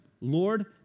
Lord